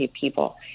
people